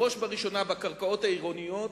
בראש ובראשונה בקרקעיות העירוניות,